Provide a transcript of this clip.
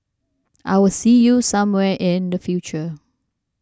I'll see you somewhere in the future